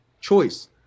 choice